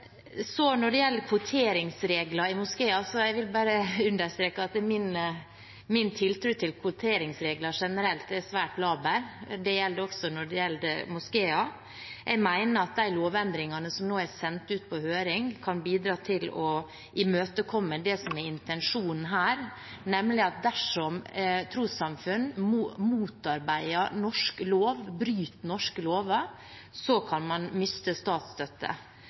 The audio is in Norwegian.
Når det gjelder kvoteringsregler i moskeer, vil jeg bare understreke at min tiltro til kvoteringsregler generelt er svært laber. Det gjelder også i moskeer. Jeg mener at de lovendringene som nå er sendt ut på høring, kan bidra til å imøtekomme det som er intensjonen her, nemlig at dersom trossamfunn motarbeider norsk lov, bryter norske lover, kan man miste statsstøtte.